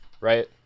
right